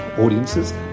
audiences